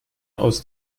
aus